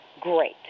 Great